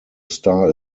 star